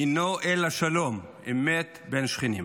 אינו אלא שלום אמת בין שכנים,